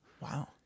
Wow